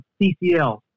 CCL